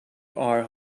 are